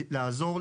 לעזור,